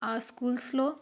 ఆ స్కూల్స్లో